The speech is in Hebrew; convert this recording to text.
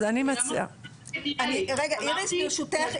איריס ברשותך,